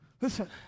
Listen